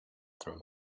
through